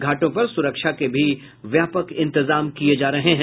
घाटों पर सुरक्षा के भी व्यापक इंतजाम किये जा रहे हैं